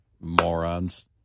Morons